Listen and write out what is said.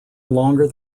longer